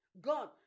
God